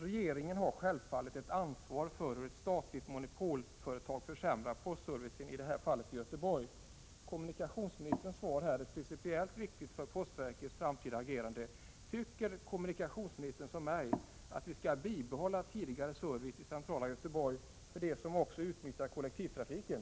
Regeringen har självfallet ett ansvar för hur ett statligt monopolföretag försämrar postservicen, i detta fall i Göteborg. Kommunikationsministerns svar är principiellt viktigt för postverkets framtida agerande. Tycker kommunikationsministern som jag att vi skall behålla tidigare service i centrala Göteborg för dem som också utnyttjar kollektivtrafiken?